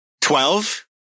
Twelve